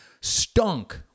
stunk